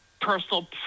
personal